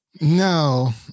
No